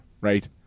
right